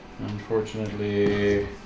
Unfortunately